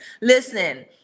listen